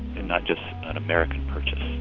and not just an american purchase